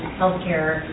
healthcare